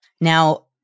Now